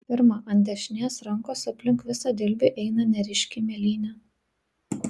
pirma ant dešinės rankos aplink visą dilbį eina neryški mėlynė